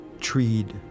treed